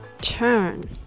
Turn